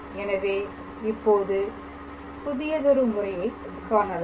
எனவே இப்போது புதியதொரு முறையை காணலாம்